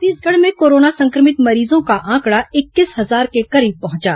छत्तीसगढ़ में कोरोना संक्रमित मरीजों का आंकड़ा इक्कीस हजार के करीब पहुंचा